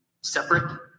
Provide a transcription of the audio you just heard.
separate